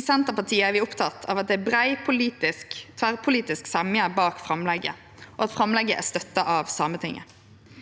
I Senterpartiet er vi opptekne av at det er brei tverrpolitisk semje bak framlegget, og at framlegget er støtta av Sametinget.